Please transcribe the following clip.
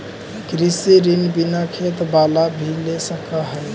कृषि ऋण बिना खेत बाला भी ले सक है?